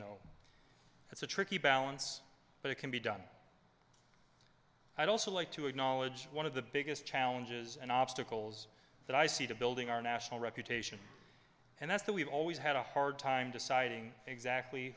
know it's a tricky balance but it can be done i'd also like to acknowledge one of the biggest challenges and obstacles that i see to building our national reputation and that's that we've always had a hard time deciding exactly